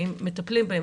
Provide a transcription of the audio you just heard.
האם מטפלים בהם,